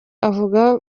avuga